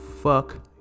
Fuck